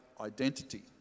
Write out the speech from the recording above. identity